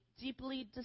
deeply